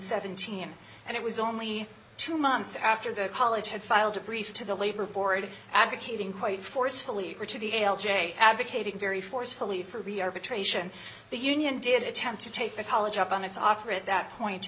seventeen and it was only two months after the college had filed a brief to the labor board advocating quite forcefully or to the l j advocating very forcefully for re arbitration the union did attempt to take the college up on its offer at that point